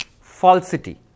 Falsity